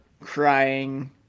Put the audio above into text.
crying